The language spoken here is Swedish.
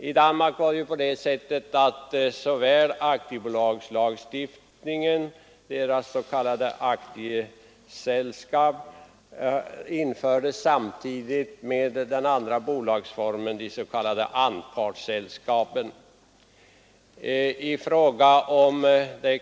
I Danmark infördes den nya lagstiftningen om s.k. aktieselskab — motsvarigheten till vår aktiebolagslagsstiftning — samtidigt med lagstiftningen om den andra bolagsformen, alltså s.k. anpartsselskab.